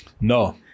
No